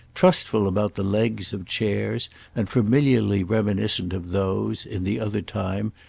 trustful about the legs of chairs and familiarly reminiscent of those, in the other time,